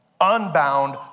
unbound